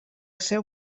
seu